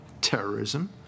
terrorism